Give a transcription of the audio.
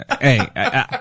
Hey